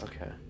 Okay